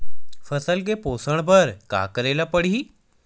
फसल के पोषण बर का करेला पढ़ही?